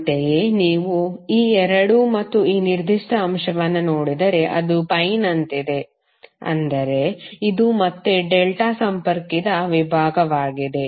ಅಂತೆಯೇ ನೀವು ಈ 2 ಮತ್ತು ಈ ನಿರ್ದಿಷ್ಟ ಅಂಶವನ್ನು ನೋಡಿದರೆ ಅದು ಪೈ ನಂತಿದೆ ಅಂದರೆ ಇದು ಮತ್ತೆ ಡೆಲ್ಟಾ ಸಂಪರ್ಕಿತ ವಿಭಾಗವಾಗಿದೆ